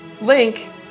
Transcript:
Link